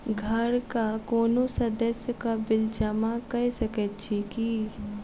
घरक कोनो सदस्यक बिल जमा कऽ सकैत छी की?